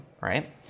right